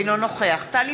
אינו נוכח טלי